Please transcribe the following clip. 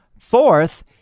Fourth